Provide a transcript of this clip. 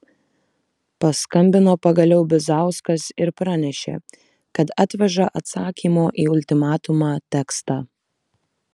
paskambino pagaliau bizauskas ir pranešė kad atveža atsakymo į ultimatumą tekstą